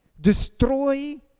Destroy